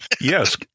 yes